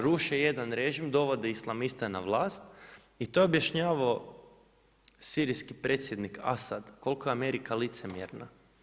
Ruše jedan režim, dovode islamiste na vlast i to je objašnjavao sirijski predsjednik Asad koliko je Amerika licemjerna.